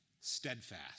steadfast